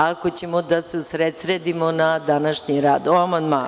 Ako ćemo da se usredsredimo na današnji rad, onda o amandmanu.